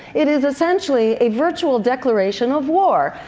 it is essentially a virtual declaration of war.